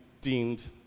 deemed